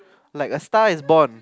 like a Star Is Born